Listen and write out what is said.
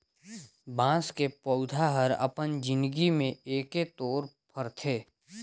बाँस के पउधा हर अपन जिनगी में एके तोर फरथे